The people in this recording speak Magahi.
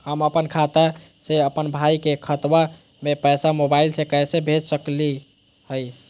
हम अपन खाता से अपन भाई के खतवा में पैसा मोबाईल से कैसे भेज सकली हई?